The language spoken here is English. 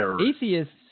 Atheists